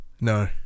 No